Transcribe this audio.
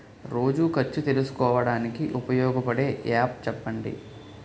రోజు ఖర్చు తెలుసుకోవడానికి ఉపయోగపడే యాప్ చెప్పండీ?